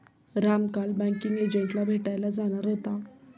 राम काल बँकिंग एजंटला भेटायला जाणार होता